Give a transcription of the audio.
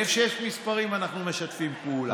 איפה שיש מספרים אנחנו משתפים פעולה.